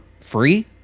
free